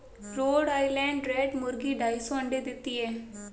road Island Red मुर्गी ढाई सौ अंडे देती है